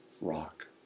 rock